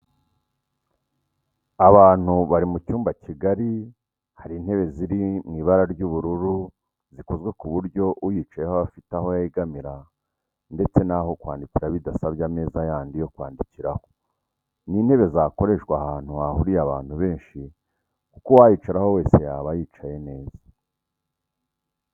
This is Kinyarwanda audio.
Abantu bari mu cyumba kigari hari intebe ziri mu ibara ry'ubururu zikozwe ku buryo uyicayeho aba afite aho yegamira ndetse n'aho kwandikira bidasabye ameza yandi yo kwandikiraho. Ni intebe zakoreshwa ahantu hahuriye abantu benshi kuko uwayicaraho wese yaba yicaye neza